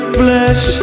flesh